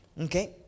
Okay